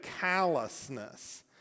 callousness